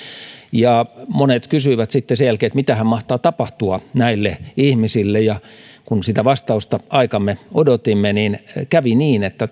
monet kysyivät sitten sen jälkeen että mitähän mahtaa tapahtua näille ihmisille kun sitä vastausta aikamme odotimme niin kävi niin että